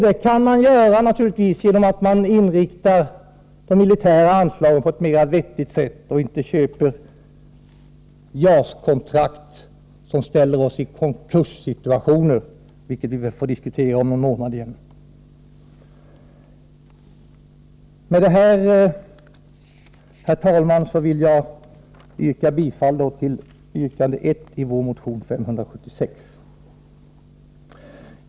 Det kan ske genom att man använder de militära anslagen på ett mer vettigt sätt och inte köper JAS-kontrakt, som ställer oss i konkurssituationer, någonting som vi får diskutera igen om någon månad. Med detta, herr talman, vill jag yrka bifall till yrkande 1 i vår motion 576.